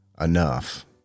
enough